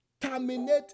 terminate